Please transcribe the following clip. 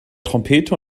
trompete